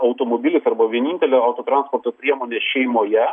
automobilis arba vienintelė autotransporto priemonė šeimoje